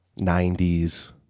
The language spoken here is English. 90s